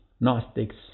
Gnostics